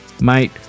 Mate